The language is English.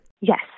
yes